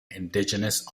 indigenous